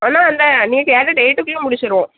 ஆனால் அந்த நீங்கள் கேட்ட டேட்டுக்குள்ள முடிச்சிடுவோம்